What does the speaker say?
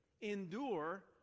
endure